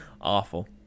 Awful